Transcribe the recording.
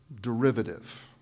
derivative